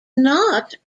not